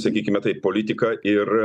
sakykime taip politiką ir